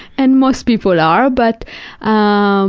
and most people are, but um